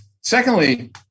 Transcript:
Secondly